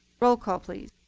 roll call, please.